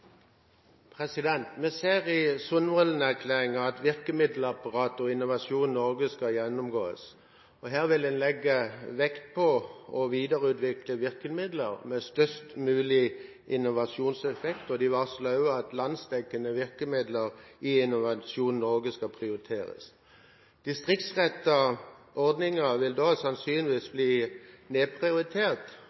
replikkordskifte. Vi ser i Sundvolden-erklæringa at virkemiddelapparatet og Innovasjon Norge skal gjennomgås. Her vil en legge vekt på å videreutvikle virkemidler med størst mulig innovasjonseffekt, og en varsler også at landsdekkende virkemidler i Innovasjon Norge skal prioriteres. Distriktsrettede ordninger vil da sannsynligvis bli nedprioritert.